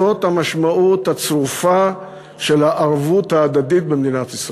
זאת המשמעות הצרופה של הערבות ההדדית במדינת ישראל,